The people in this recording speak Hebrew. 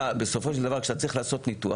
בסופו של דבר כשאתה צריך לעשות ניתוח,